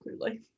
clearly